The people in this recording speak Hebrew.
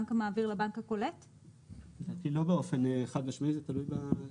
לדעתי לא באופן חד משמעי זה תלוי.